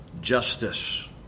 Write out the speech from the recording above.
justice